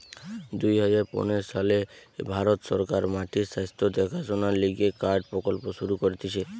দুই হাজার পনের সালে ভারত সরকার মাটির স্বাস্থ্য দেখাশোনার লিগে কার্ড প্রকল্প শুরু করতিছে